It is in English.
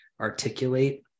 articulate